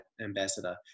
ambassador